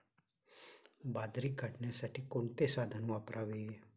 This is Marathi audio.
बाजरी काढण्यासाठी कोणते साधन वापरावे?